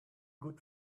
good